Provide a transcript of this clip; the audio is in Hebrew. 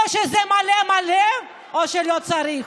או שזה מלא מלא או שלא צריך.